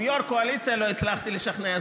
אם יו"ר קואליציה לא הצלחתי לשכנע,